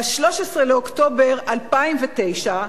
ב-13 באוקטובר 2009,